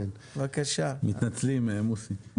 מתנצלים, מוסי.